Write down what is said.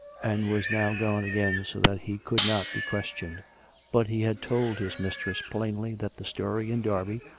and was now gone again, so that he could not be questioned but he had told his mistress plainly that the story in derby,